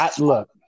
look